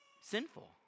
sinful